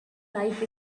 life